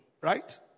Right